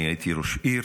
אני הייתי ראש עיר.